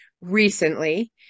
recently